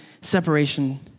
separation